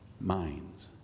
minds